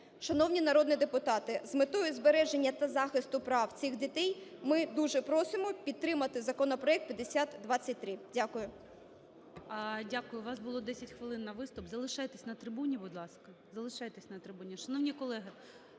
Шановні народні депутати, з метою збереження та захисту прав цих дітей ми дуже просимо підтримати законопроект 5023. Дякую.